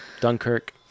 dunkirk